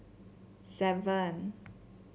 seven